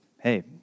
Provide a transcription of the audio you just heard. hey